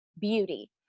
beauty